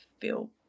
feel